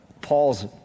Paul's